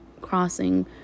crossing